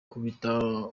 kubita